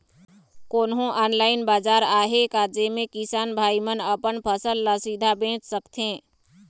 कोन्हो ऑनलाइन बाजार आहे का जेमे किसान भाई मन अपन फसल ला सीधा बेच सकथें?